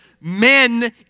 men